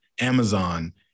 Amazon